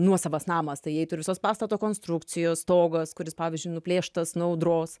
nuosavas namas tai įeitų ir visos pastato konstrukcijos stogas kuris pavyzdžiui nuplėštas nuo audros